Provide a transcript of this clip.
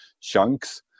chunks